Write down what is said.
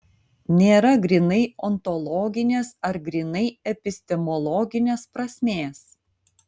nėra grynai ontologinės ar grynai epistemologinės prasmės